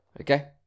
Okay